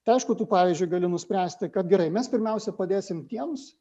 tai aišku tu pavyzdžiui gali nuspręsti kad gerai mes pirmiausia padėsime tiems